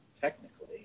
technically